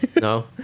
no